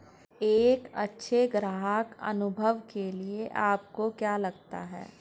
एक अच्छे ग्राहक अनुभव के लिए आपको क्या लगता है?